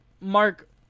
Mark